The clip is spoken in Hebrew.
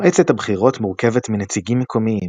מועצת הבחירות מורכבת מנציגים מקומיים,